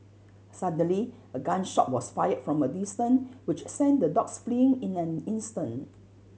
suddenly a gun shot was fired from a distance which sent the dogs fleeing in an instant